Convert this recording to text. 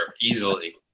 easily